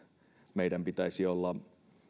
meidän pitäisi olla